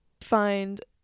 find